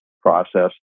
process